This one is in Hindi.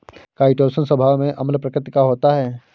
काइटोशन स्वभाव में अम्ल प्रकृति का होता है